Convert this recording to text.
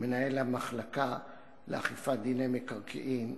מנהל המחלקה לאכיפת דיני מקרקעין,